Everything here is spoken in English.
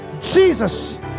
Jesus